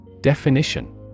Definition